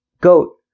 goat